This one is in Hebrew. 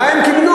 מה הם קיבלו?